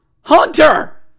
Hunter